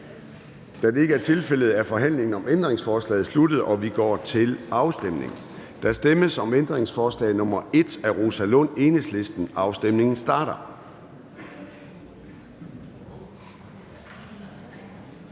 Da det ikke er tilfældet, er forhandlingen om ændringsforslaget sluttet, og vi går til afstemning. Kl. 10:05 Afstemning Formanden (Søren Gade): Der stemmes om ændringsforslag nr. 1 af Rosa Lund, Enhedslisten. Afstemningen starter.